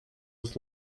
was